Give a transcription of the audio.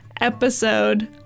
episode